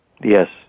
Yes